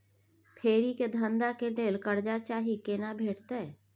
फेरी के धंधा के लेल कर्जा चाही केना भेटतै?